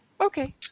Okay